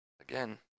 Again